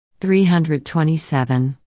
327